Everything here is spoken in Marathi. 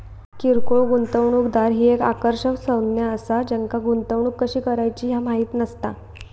किरकोळ गुंतवणूकदार ही एक आकर्षक संज्ञा असा ज्यांका गुंतवणूक कशी करायची ह्या माहित नसता